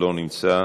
לא נמצא.